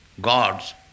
gods